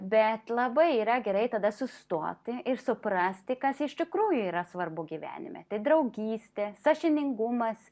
bet labai yra gerai tada sustoti ir suprasti kas iš tikrųjų yra svarbu gyvenime tai draugystė sąžiningumas